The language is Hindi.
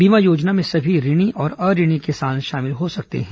बीमा योजना में सभी ऋणी और अऋणी किसान शामिल हो सकते हैं